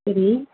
சரி